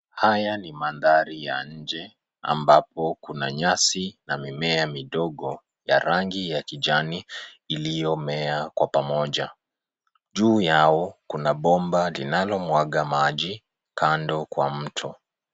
Haya ni mandhari ya nje ambapo kuna nyasi na mimea midogo ya rangi ya kijani iliyomea kwa pamoja. Juu yao kuna bomba linalomwaga maji kando kwa mto.